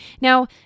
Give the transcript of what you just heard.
Now